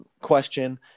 question